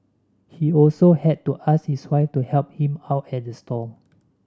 he also had to ask his wife to help him out at the stall